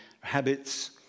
Habits